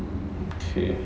okay